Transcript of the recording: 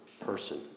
person